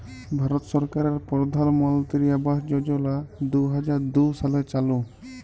ভারত সরকারের পরধালমলত্রি আবাস যজলা দু হাজার দু সালে চালু